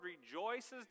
rejoices